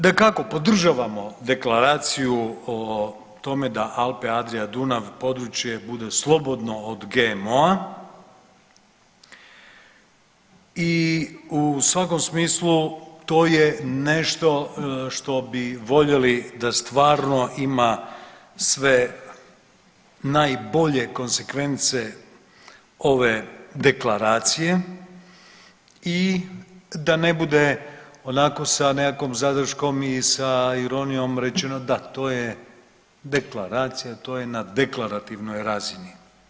Dakako, podržavamo deklaraciju o tome da Alpe-Adria-Dunav područje bude slobodno od GMO-a i u svakom smislu to je nešto što bi voljeli da stvarno ima sve najbolje konsekvence ove deklaracije i da ne bude onako sa nekakvom zadrškom i sa ironijom rečeno da to je deklaracija, to je na deklarativnoj razini.